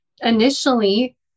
initially